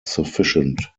sufficient